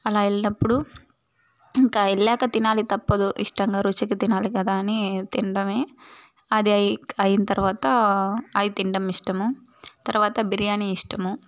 అలా వెళ్ళినప్పుడు ఇంకా వెళ్ళాక తినాలి తప్పదు ఇష్టంగా రుచిగా తినాలి కదా అని తిండమే అది అయి అయిన తర్వాత అవి తిండం ఇష్టము తర్వాత బిర్యాని ఇష్టము